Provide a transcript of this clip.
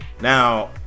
Now